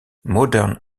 modern